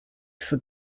for